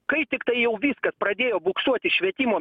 kai tiktai jau viskas pradėjo buksuoti švietimo